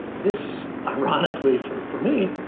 this, ironically for for me,